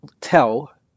tell